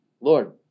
Lord